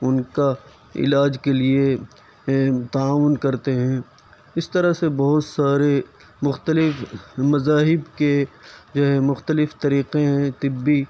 ان کا علاج کے لیے تعاون کرتے ہیں اس طرح سے بہت سارے مختلف مذاہب کے جو ہیں مختلف طریقے ہیں طبی